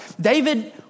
David